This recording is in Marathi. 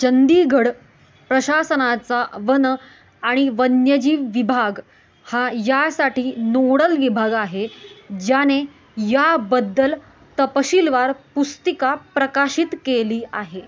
चंदीगढ प्रशासनाचा वन आणि वन्यजीव विभाग हा यासाठी नोडल विभाग आहे ज्याने याबद्दल तपशीलवार पुस्तिका प्रकाशित केली आहे